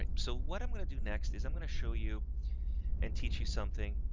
um so what i'm going to do next is i'm going to show you and teach you something,